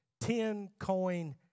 ten-coin